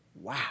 Wow